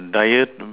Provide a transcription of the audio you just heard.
diet